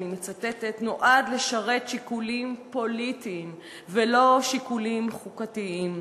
אני מצטטת: נועד לשרת שיקולים פוליטיים ולא שיקולים חוקתיים.